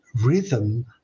rhythm